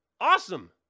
Awesome